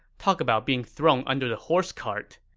talk about being thrown under the horse cart.